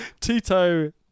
Tito